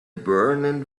burning